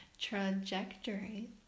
trajectory